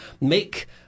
make